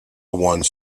one